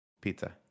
pizza